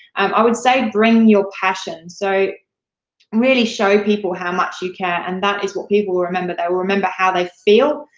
um i would say bring your passion, so really show people how much you care, and that is what people will remember. they'll remember how they feel,